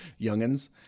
youngins